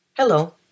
Hello